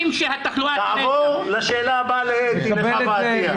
נעבור לשאלה הבאה של חוה עטיה.